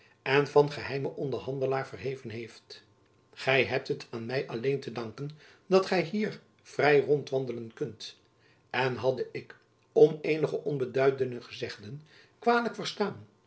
en van geheimen onderhandelaar verheven heeft gy hebt het aan my alleen te danken dat gy hier vrij rondwandelen kunt en hadde ik om eenige onbeduidende gezegden kwalijk verstaan